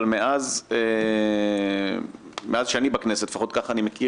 אבל מאז שאני בכנסת סידרו את מקומות